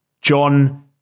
John